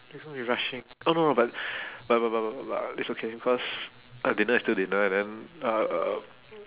it's gonna be rushing oh no no but but but but but but but it's okay because our dinner is still dinner and then uh